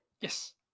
Yes